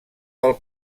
del